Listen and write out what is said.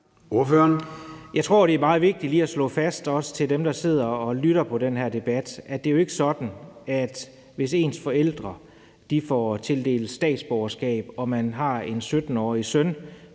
Jeg tror, det er meget vigtigt lige at slå fast, også over for dem, der sidder og lytter på den her debat, er det jo ikke er sådan, at hvis ens forældre får tildelt statsborgerskab og man er deres 17-årige søn,